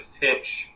pitch